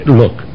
look